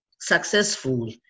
successful